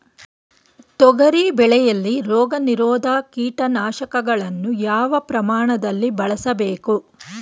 ತೊಗರಿ ಬೆಳೆಯಲ್ಲಿ ರೋಗನಿರೋಧ ಕೀಟನಾಶಕಗಳನ್ನು ಯಾವ ಪ್ರಮಾಣದಲ್ಲಿ ಬಳಸಬೇಕು?